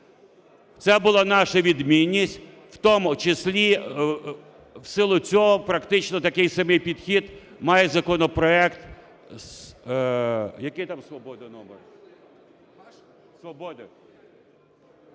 Це була наша відмінність в тому числі в силу цього практично такий собі підхід має законопроект… Який там "Свободи" номер?